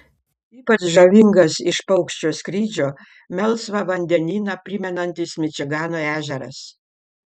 ypač žavingas iš paukščio skrydžio melsvą vandenyną primenantis mičigano ežeras